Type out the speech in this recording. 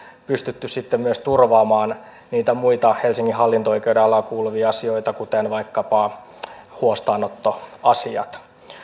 pystytty sitten myös turvaamaan niitä muita helsingin hallinto oikeuden alaan kuuluvia asioita kuten vaikkapa huostaanottoasiat